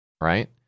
Right